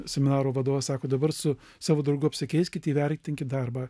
seminaro vadovas sako dabar su savo draugu apsikeiskit įvertinkit darbą